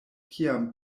kiam